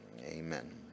Amen